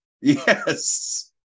Yes